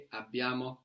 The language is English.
abbiamo